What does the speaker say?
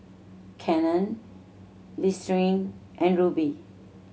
Canon Listerine and Rubi